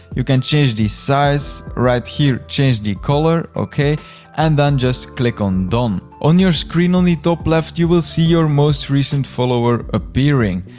you can change the size right here, change the color, and then just click on done. on your screen on the top-left, you will see your most recent follower appearing.